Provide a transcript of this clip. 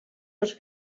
els